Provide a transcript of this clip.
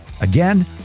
Again